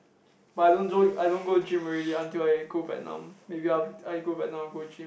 but I don't jo I don't go gym already until I go Vietnam maybe after I go Vietnam I go gym